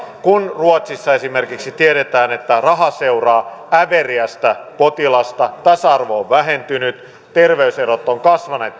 kun ruotsissa esimerkiksi tiedetään että tämän mallin myötä raha seuraa äveriästä potilasta tasa arvo on vähentynyt terveyserot ovat kasvaneet